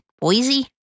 Boise